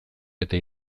eta